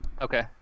Okay